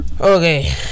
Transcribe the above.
Okay